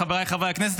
חבריי חברי הכנסת,